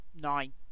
nine